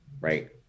Right